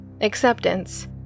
acceptance